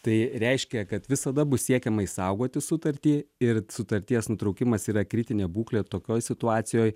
tai reiškia kad visada bus siekiama išsaugoti sutartį ir sutarties nutraukimas yra kritinė būklė tokioj situacijoj